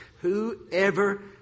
Whoever